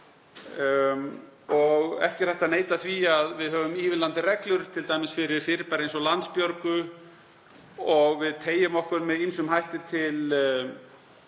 Ekki er hægt að neita því að við höfum ívilnandi reglur, t.d. fyrir fyrirbæri eins og Landsbjörgu og við teygjum okkur með ýmsum hætti til